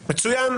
מצוין.